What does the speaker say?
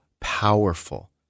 powerful